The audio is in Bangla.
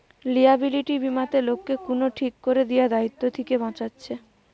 লিয়াবিলিটি বীমাতে লোককে কুনো ঠিক কোরে দিয়া দায়িত্ব থিকে বাঁচাচ্ছে